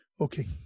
Okay